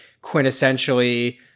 quintessentially